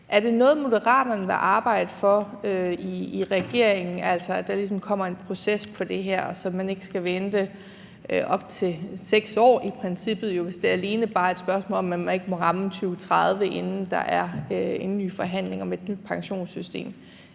Er det noget, Moderaterne vil arbejde for i regeringen, altså at der ligesom kommer en proces om det her, så man ikke skal vente op til 6 år, i princippet, hvis det alene bare er et spørgsmål om, at man ikke må ramme 2030, inden der er endelige forhandlinger om et nyt pensionssystem?